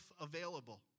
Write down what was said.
available